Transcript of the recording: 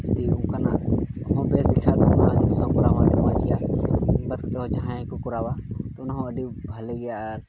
ᱡᱩᱫᱤ ᱚᱱᱠᱟᱱᱟᱜ ᱠᱳᱱᱳ ᱵᱮᱥ ᱜᱮᱠᱷᱟᱡ ᱫᱚ ᱡᱟᱦᱟᱸᱭ ᱠᱚ ᱠᱚᱨᱟᱣᱟ ᱟᱹᱰᱤ ᱵᱷᱟᱹᱜᱤ ᱜᱮᱭᱟ ᱟᱨ